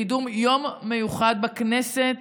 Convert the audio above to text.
לקידום יום מיוחד בכנסת,